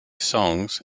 songs